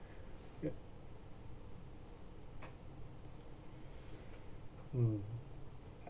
yup mm